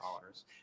dollars